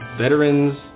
Veterans